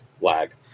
lag